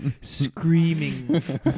screaming